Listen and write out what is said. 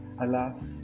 Alas